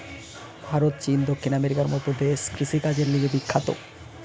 ভারত, চীন, দক্ষিণ আমেরিকার মত দেশ কৃষিকাজের লিগে বিখ্যাত